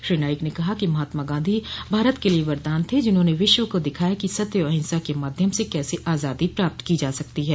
श्री नाईक ने कहा कि महात्मा गांधी भारत क लिए वरदान थे जिन्होंने विश्व को दिखाया कि सत्य और अहिंसा के माध्यम से कैसे आजादी प्राप्त की जा सकती है